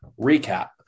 recap